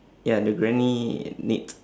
ya the granny knit